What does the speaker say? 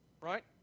right